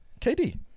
KD